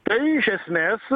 tai iš esmės